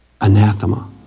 anathema